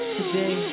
Today